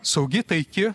saugi taiki